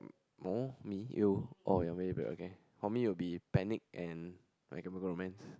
no me you oh you want me back okay for me will be panic and my chemical romance